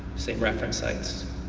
same reference sites.